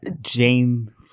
Jane